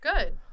Good